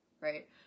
right